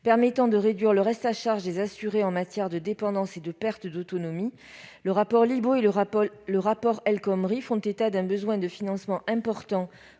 pour réduire le reste à charge des assurés en matière de dépendance et de perte d'autonomie. Les rapports Libault et El Khomri font état d'un besoin de financement important